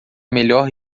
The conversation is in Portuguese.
melhor